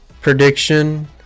prediction